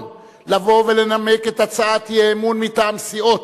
לבוא ולנמק את הצעת האי-אמון מטעם סיעות